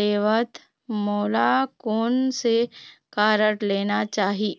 लेथव मोला कोन से कारड लेना चाही?